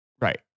Right